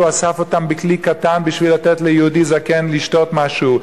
הוא אסף אותן בכלי קטן בשביל לתת ליהודי זקן לשתות משהו.